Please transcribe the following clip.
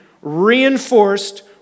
reinforced